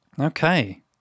okay